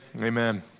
amen